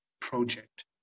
project